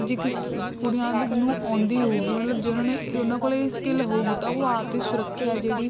ਜੇ ਕਿਸ ਕੁੜੀਆਂ ਨੂੰ ਆਉਂਦੀ ਹੋਵੇਗੀ ਮਤਲਬ ਜੇ ਉਨ੍ਹਾਂ ਨੇ ਉਨ੍ਹਾਂ ਕੋਲ ਸਕਿੱਲ ਹੋਵੇਗੀ ਤਾਂ ਉਹ ਆਪ ਦੀ ਸੁਰੱਖਿਆ ਜਿਹੜੀ